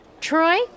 Troy